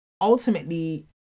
ultimately